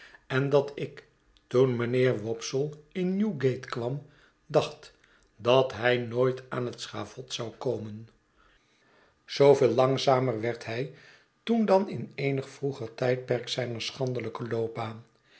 en dat ik toen mijnheer wopsle in newgate kwam dacht dat hij nooit aan het schavot zou komen zooveel langzamer werd hij toen dan in eenig vroeger tijdperk zijner schandelijke loopbaan